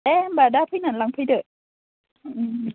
दे होनबा दा फैनानै लांफैदो